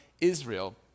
Israel